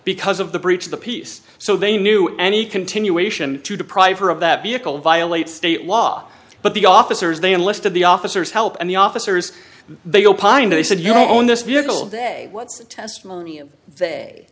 because of the breach of the peace so they knew any continuation to deprive her of that vehicle violates state law but the officers they enlisted the officers help and the officers they opined they said you know on this vehicle day what's the testimony of say